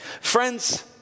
Friends